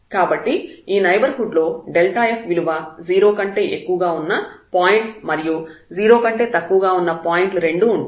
కాబట్టి ఈ నైబర్హుడ్ లో f విలువ 0 కంటే ఎక్కువగా ఉన్న పాయింట్ మరియు 0 కంటే తక్కువగా ఉన్న పాయింట్ లు రెండూ ఉంటాయి